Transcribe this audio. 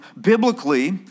Biblically